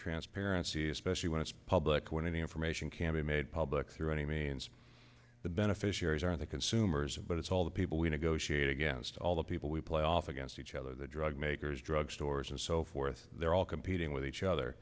transparency especially when it's public when the information can be made public through any means the beneficiaries are the consumers but it's all the people we negotiate against all the people we play off against each other the drug makers drug stores and so forth they're all competing with each other